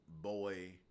boy